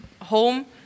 home